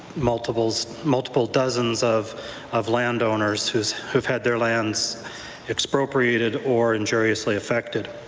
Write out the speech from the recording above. multiple multiple dozens of of landowners who have had their lands expropriated or injuriously affected.